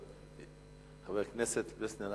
חבר הכנסת פלסנר,